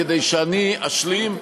כדי שאני אשלים,